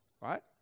right